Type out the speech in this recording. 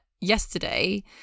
yesterday